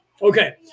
Okay